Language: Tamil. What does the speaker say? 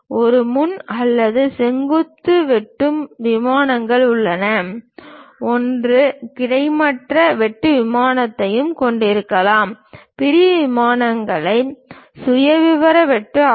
ஒரு முன் அல்லது செங்குத்து வெட்டும் விமானம் உள்ளது ஒன்று கிடைமட்ட வெட்டு விமானத்தையும் கொண்டிருக்கலாம் பிரிவு விமானங்கள் சுயவிவர வெட்டு ஆகும்